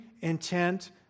intent